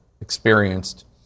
experienced